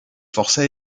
forces